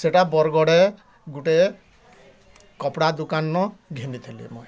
ସେଟା ବରଗଡ଼େ ଗୁଟେ କପଡ଼ା ଦୁକାନ୍ ନ ଘିନିଥିଲି ମୁଇଁ